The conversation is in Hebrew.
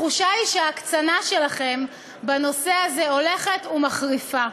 התחושה היא שההקצנה שלכם בנושא הזה הולכת ומחריפה,